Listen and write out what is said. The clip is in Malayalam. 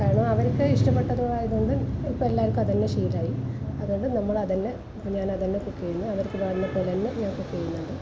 കാരണം അവർക്ക് ഇഷ്ടപ്പെട്ടത് ആയത് കൊണ്ട് ഇപ്പം എല്ലാവർക്കും അത് തന്നെ ശീലമായി അതുകൊണ്ട് നമ്മള് അത് തന്നെ ഞാൻ അത് തന്നെ കുക്ക് ചെയ്യുന്നു അവർക്ക് വേണ്ടുന്നത് പോലെ തന്നെ ഞാൻ കുക്ക് ചെയ്യുന്നത്